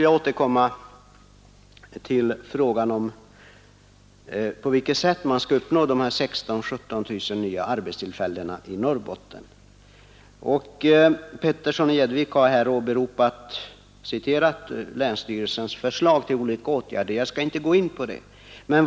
Jag återkommer härefter till frågan om på vilket sätt man skall åstadkomma de 16 000-17 000 nya arbetstillfällena i Norrbotten. Herr Petersson i Gäddvik har citerat länsstyrelsens förslag till åtgärder. Jag skall inte gå in på detta.